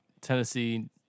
Tennessee